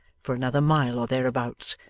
for another mile or thereabouts,